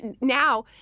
now